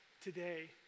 today